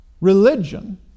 Religion